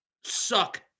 suck